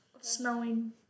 snowing